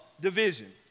division